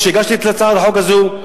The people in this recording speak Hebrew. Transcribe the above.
שכשהגשתי את הצעת החוק הזאת,